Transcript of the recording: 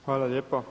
Hvala lijepo.